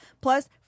plus